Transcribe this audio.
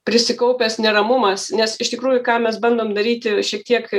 prisikaupęs neramumas nes iš tikrųjų ką mes bandom daryti šiek tiek